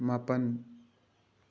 ꯃꯥꯄꯟ